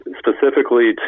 specifically